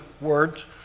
words